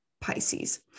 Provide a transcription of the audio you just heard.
Pisces